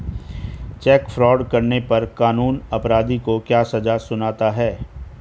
Check fraud करने पर कानून अपराधी को क्या सजा सुनाता है?